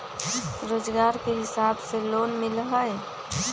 रोजगार के हिसाब से लोन मिलहई?